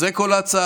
זו כל ההצעה.